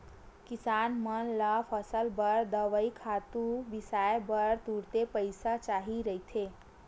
किसान मन ल फसल बर दवई, खातू बिसाए बर तुरते पइसा चाही रहिथे